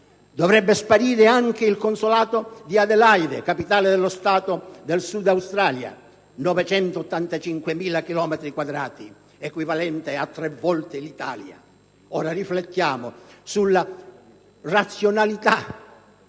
Dovrebbe sparire anche il consolato ad Adelaide, capitale dello Stato del South Australia: 985 mila chilometri quadrati, equivalente a tre volte l'Italia. Ora riflettiamo sulla "razionalità"